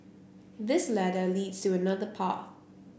this ladder leads to another path